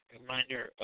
reminder